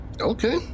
Okay